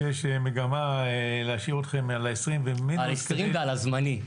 שיש מגמה להשאיר אתכם על ה-20% ומינוס כדי --- על ה-20% ועל הזמני.